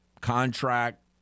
contract